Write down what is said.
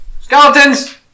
skeletons